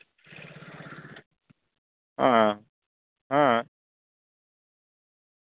ᱦᱮᱸ ᱦᱮᱸ